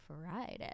Friday